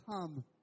come